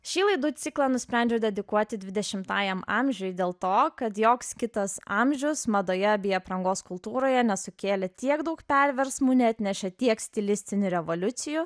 šį laidų ciklą nusprendžiau dedikuoti dvidešimtajam amžiui dėl to kad joks kitas amžius madoje bei aprangos kultūroje nesukėlė tiek daug perversmų neatnešė tiek stilistinių revoliucijų